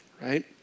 Right